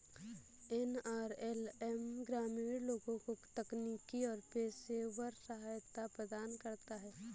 NRLM ग्रामीण लोगों को तकनीकी और पेशेवर सहायता प्रदान करता है